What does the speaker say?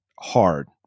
hard